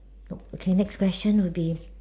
nope okay next question will be